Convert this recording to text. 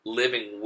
living